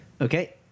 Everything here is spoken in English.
Okay